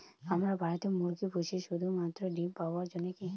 আমরা বাড়িতে মুরগি পুষি শুধু মাত্র ডিম পাওয়ার জন্যই কী?